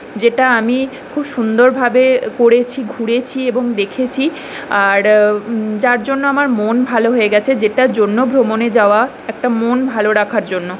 যেটা আমি খুব সুন্দরভাবে পরেছি ঘুরেছি এবং দেখেছি আর যার জন্য আমার মন ভালো হয়ে গেছে যেটার জন্য ভ্রমণে যাওয়া একটা মন ভালো রাখার জন্য